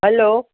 hello